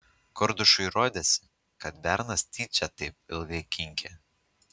kordušui rodėsi kad bernas tyčia taip ilgai kinkė